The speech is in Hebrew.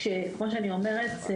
כמו שאמרתי,